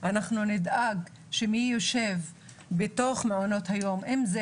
אנחנו נדאג שמי שנמצא בתוך מעונות היום אם אלה